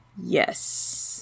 yes